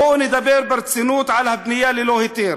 בואו נדבר ברצינות על הבנייה ללא היתר,